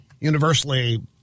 universally